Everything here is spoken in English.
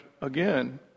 again